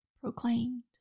proclaimed